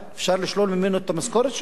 אפשר לשלול ממנו את המשכורת שלו?